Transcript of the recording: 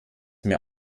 mehr